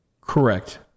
Correct